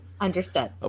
Understood